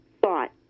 thought